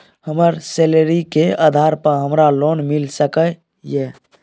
हमर सैलरी के आधार पर हमरा लोन मिल सके ये?